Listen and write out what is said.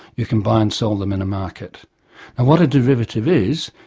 you can buy and sell them in a market. and what a derivative is,